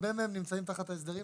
הרבה מהם נמצאים תחת ההסדרים.